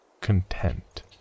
content